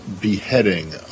beheading